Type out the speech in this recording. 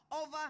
over